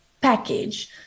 package